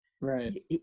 Right